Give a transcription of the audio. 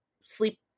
sleep